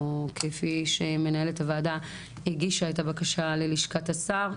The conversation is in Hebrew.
או כפי שמנהלת הוועדה הגישה את הבקשה ללשכת השר,